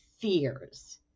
fears